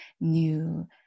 new